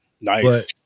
nice